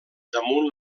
damunt